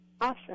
Awesome